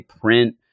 print